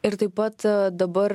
ir taip pat dabar